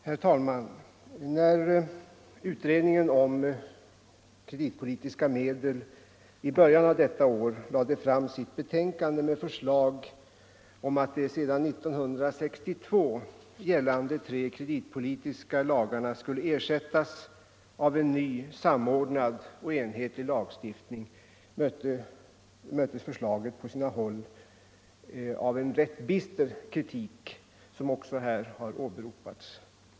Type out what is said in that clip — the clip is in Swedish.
Herr talman! När utredningen om kreditpolitiska medel i början av detta år lade fram sitt betänkande med förslag om att de sedan 1962 gällande tre kreditpolitiska lagarna skulle ersättas av en ny samordnad och enhetlig lagstiftning, möttes förslaget på sina håll av en rätt bister kritik, som också här har åberopats.